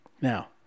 Now